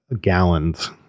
gallons